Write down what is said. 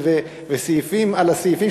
וסעיפים על הסעיפים,